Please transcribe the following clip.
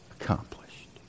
accomplished